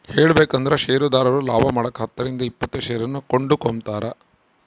ಹೇಳಬೇಕಂದ್ರ ಷೇರುದಾರರು ಲಾಭಮಾಡಕ ಹತ್ತರಿಂದ ಇಪ್ಪತ್ತು ಷೇರನ್ನು ಕೊಂಡುಕೊಂಬ್ತಾರ